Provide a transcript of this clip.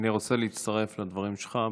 אני רוצה להצטרף לדברים שלך.